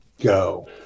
go